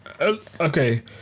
Okay